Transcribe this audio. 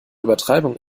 übertreibung